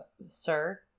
Sir